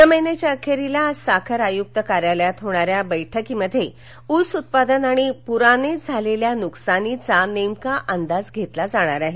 या महिन्याच्या अखेरीस साखर आयुक्त कार्यालयात होणाऱ्या बैठकीत ऊस उत्पादन आणि पुराने झालेल्या नुकसानीचा नेमका अंदाज घेतला जाणार आहे